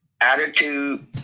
Attitude